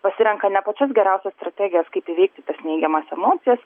pasirenka ne pačias geriausias strategijas kaip įveikti tas neigiamas emocijas